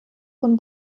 von